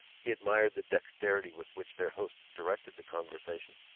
he admired the dexterity with which their host directed the conversation.